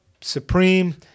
Supreme